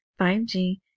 5G